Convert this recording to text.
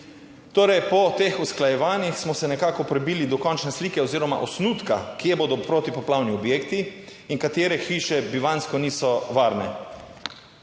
Torej po teh usklajevanjih smo se nekako prebili do končne slike oziroma osnutka, kje bodo protipoplavni objekti in katere hiše bivanjsko niso varne.